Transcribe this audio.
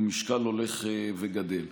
הוא משקל הולך וגדל.